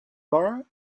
borrow